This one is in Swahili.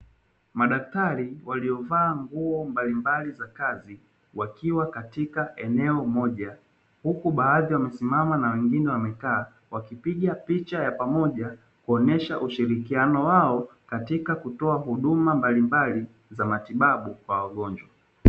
Madaktari walio vaa nguo mbalimbali za kazi, wakiwa katika eneo moja, huku baadhi wamesimama na wengine wamekaa waki piga picha ya pamoja kuonyesha ushirikiano wao katika kutoa huduma mbalimbali za matibabu kwa wagonjwa.